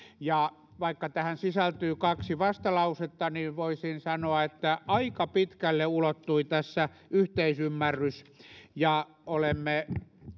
ja vaikka tähän sisältyy kaksi vastalausetta niin voisin sanoa että aika pitkälle ulottui tässä yhteisymmärrys ja olemme